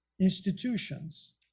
institutions